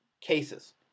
cases